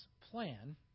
plan